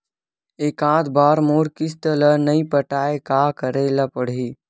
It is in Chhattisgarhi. एकात बार मोर किस्त ला नई पटाय का करे ला पड़ही?